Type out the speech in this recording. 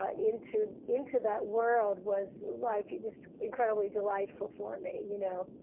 ah into into that world was like this incredibly delightful for me, you know.